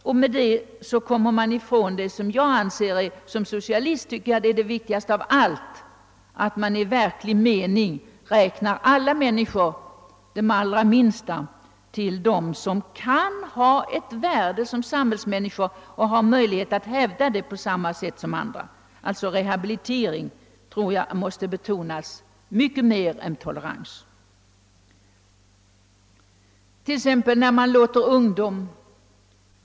Därmed slipper vi ifrån det, som jag som socialist tycker är det viktigaste av allt, nämligen att i verklig mening ge alla människor, även de allra minsta, ett värde som samhällsmedborgare och ge dem möjlighet att hävda det. Rehabilitering tror jag måste betonas mycket mer än tolerans. Låt mig ta ett exempel.